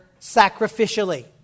sacrificially